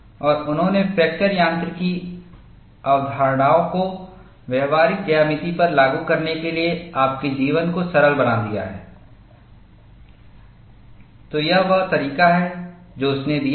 और उन्होंने फ्रैक्चर यांत्रिकी अवधारणाओं को व्यावहारिक ज्यामिति पर लागू करने के लिए आपके जीवन को सरल बना दिया है तो यह वह तरीका है जो उसने दिया है